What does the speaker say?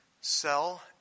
Sell